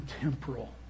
temporal